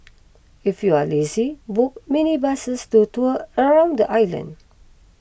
if you are lazy book minibuses to tour around the island